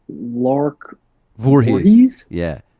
lark voorhies? yeah,